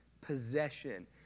possession